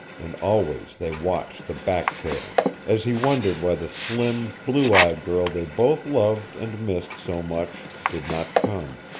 and always they watched the back-trail as he wondered why the slim, blue-eyed girl they both loved and missed so much did not come.